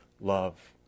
love